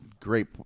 great